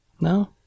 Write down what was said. No